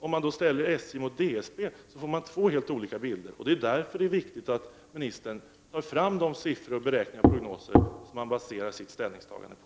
Om man ställer SJ mot DSB får man två helt olika bilder. Därför är det viktigt att ministern tar fram de siffror, beräkningar och prognoser som han baserar sitt ställningstagande på.